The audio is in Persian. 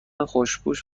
خوشپوش